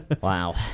Wow